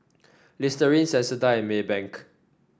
Listerine Sensodyne and Maybank